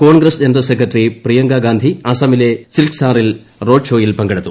Congress general secretary Priyanka Gandhi അസമിലെ സിൽക്ചാറിൽ road ഷോയിൽ പങ്കെടുത്തു